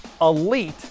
elite